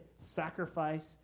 sacrifice